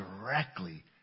directly